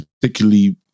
particularly